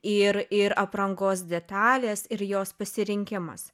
ir ir aprangos detalės ir jos pasirinkimas